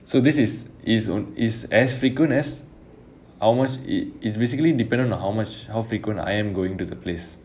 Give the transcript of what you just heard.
so this is is is as frequent as how much it's basically dependent on how much how frequent I am going to the place